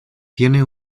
tienen